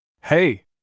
Hey